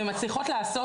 ומצליחות לעשות,